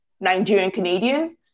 Nigerian-Canadian